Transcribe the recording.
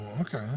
okay